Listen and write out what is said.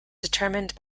determined